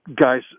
guys